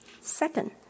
Second